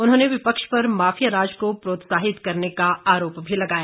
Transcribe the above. उन्होंने विपक्ष पर माफिया राज को प्रोत्साहित करने का आरोप भी लगाया